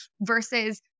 versus